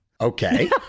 Okay